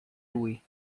lui